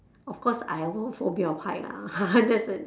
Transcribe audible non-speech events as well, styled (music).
of course I won't phobia of height ah (laughs)